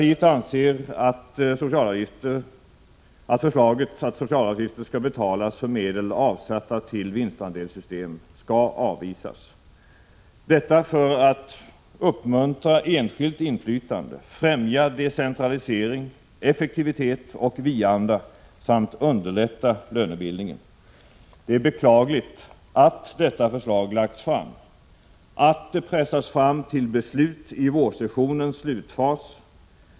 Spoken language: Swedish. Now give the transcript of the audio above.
Centerpartiet anser att förslaget att socialavgifter skall betalas för medel avsatta till vinstandelssystem skall avvisas. Detta bör ske för att uppmuntra enskilt inflytande, främja decentralisering, effektivitet och vi-anda samt underlätta lönebildningen. Det är beklagligt att detta förslag lagts fram och att det pressas fram till beslut i vårsessionens slutfas.